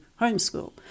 homeschool